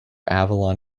avalon